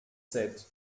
sept